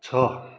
छ